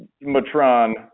Matron